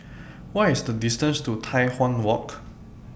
What IS The distance to Tai Hwan Walk